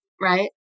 right